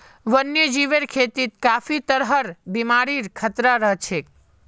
वन्यजीवेर खेतत काफी तरहर बीमारिर खतरा रह छेक